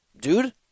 dude